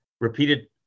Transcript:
repeated